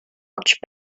much